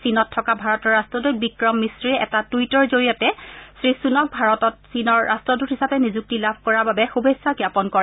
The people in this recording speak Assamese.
চীনত থকা ভাৰতৰ ৰাষ্ট্ৰদূত বিক্ৰম মিচ্ৰীয়ে টুইটৰ জৰিয়তে শ্ৰীচুন্ক ভাৰতত চীনৰ ৰাষ্ট্ৰদূত হিচাপে নিযুক্তি লাভ কৰাৰ বাবে শুভেচ্ছা জ্ঞাপন কৰে